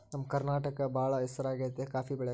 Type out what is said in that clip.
ನಮ್ಮ ಕರ್ನಾಟಕ ಬಾಳ ಹೆಸರಾಗೆತೆ ಕಾಪಿ ಬೆಳೆಕ